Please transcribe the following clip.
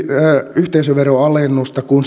yhteisöveron alennusta kuin